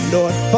North